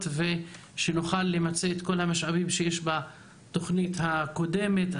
ושנוכל למצות את כל המשאבים שיש בתוכנית הקודמת,